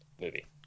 movie